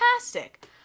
Fantastic